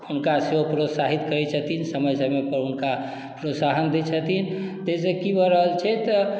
हुनका सेहो प्रोत्साहित करै छथिन समय समय पर हुनका प्रोत्साहन दै छथिन ताहिसँ की भऽ रहल छै तऽ